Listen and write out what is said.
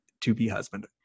to-be-husband